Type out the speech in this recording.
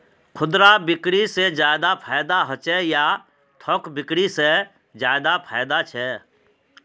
खुदरा बिक्री से ज्यादा फायदा होचे या थोक बिक्री से ज्यादा फायदा छे?